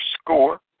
score